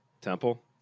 Temple